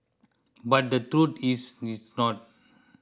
but the truth is it's not